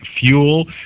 fuel